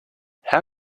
how